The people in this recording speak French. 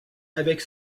avec